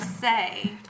say